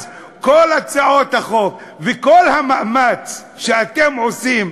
אז כל הצעות החוק, וכל המאמץ שאתם עושים,